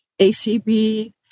ACB